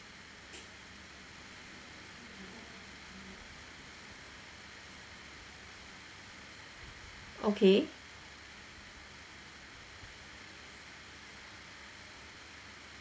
okay